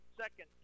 second